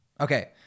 Okay